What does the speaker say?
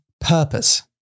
purpose